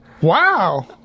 Wow